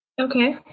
Okay